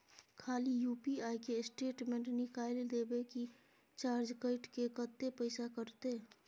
खाली यु.पी.आई के स्टेटमेंट निकाइल देबे की चार्ज कैट के, कत्ते पैसा कटते?